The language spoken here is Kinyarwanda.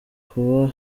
kuba